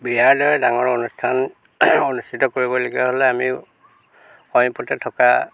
বিয়াৰ দৰে ডাঙৰ অনুষ্ঠান অনুষ্ঠিত কৰিব লগীয়া হ'লে আমিও সমীপতে থকা